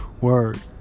word